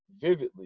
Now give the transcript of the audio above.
vividly